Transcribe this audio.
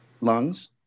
Lungs